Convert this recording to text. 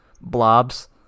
blobs